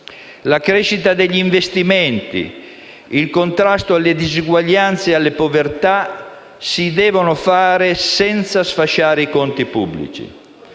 La crescita degli investimenti e il contrasto alle diseguaglianze e alle povertà si devono fare senza sfasciare i conti pubblici